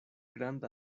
granda